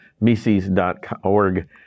Mises.org